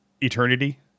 Eternity